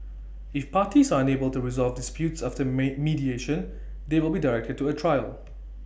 if parties are unable to resolve disputes after may mediation they will be directed to A trial